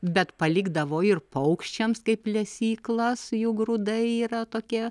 bet palikdavo ir paukščiams kaip lesyklas jų grūdai yra tokie